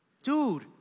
Dude